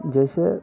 जैसे